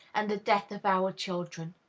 and the death of our children.